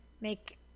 make